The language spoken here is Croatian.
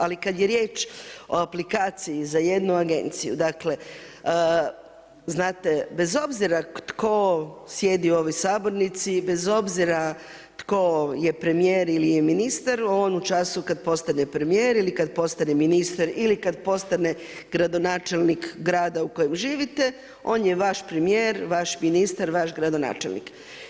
Ali kad je riječ o aplikaciji za jednu agenciju, dakle znate bez obzira tko sjedi u ovoj sabornici, bez obzira tko je premijer ili je ministar on u času kad postane premijer ili kad postane ministar ili kad postane gradonačelnik grada u kojem živite on je vaš premijer, vaš ministar, vaš gradonačelnik.